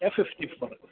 A fifty four